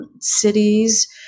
cities